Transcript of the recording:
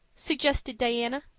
suggested diana.